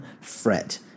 fret